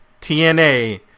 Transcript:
TNA